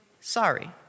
sorry